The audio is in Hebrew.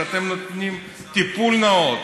שאתם נותנים טיפול נאות.